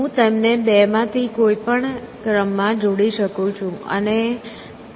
હું તેમને બે માંથી કોઈ પણ ક્રમ માં જોડી શકું છું